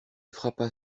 frappa